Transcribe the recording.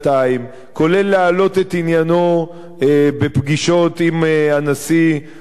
כולל להעלות את עניינו בפגישות עם הנשיא אובמה.